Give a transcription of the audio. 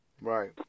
right